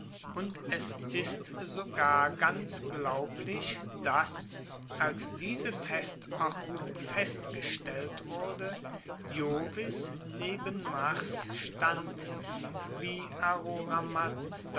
und es ist sogar ganz glaublich dass als diese festordnung festgestellt wurde jovis neben mars stand wie